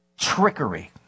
Trickery